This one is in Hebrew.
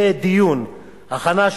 יהיה דיון הכנה,